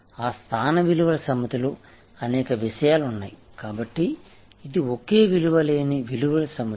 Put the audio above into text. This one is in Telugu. ఆ స్థాన విలువల సమితిలో అనేక విషయాలు ఉన్నాయి కాబట్టి ఇది ఒకే విలువ లేని విలువల సమితి